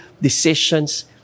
decisions